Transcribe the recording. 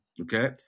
okay